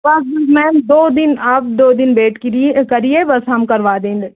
बस मैम दो दिन आप दो दिन वेट किरिए करिए बस हम करवा देंगे